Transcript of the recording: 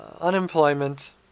Unemployment